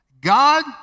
God